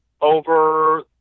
over –